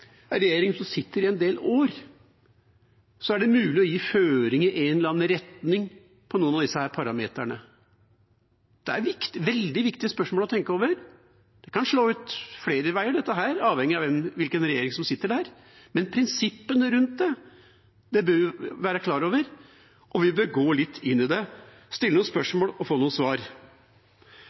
regjering som sitter i en del år, er det mulig å gi føringer i en eller annen retning på noen av disse parameterne. Dette er veldig viktige spørsmål å tenke over. Det kan slå ut flere veier, avhengig av hvilken regjering som sitter, men prinsippene rundt det bør vi være klar over, og vi bør gå litt inn i det, stille noen spørsmål og få noen svar.